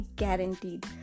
guaranteed